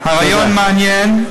הרעיון מעניין,